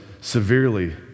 severely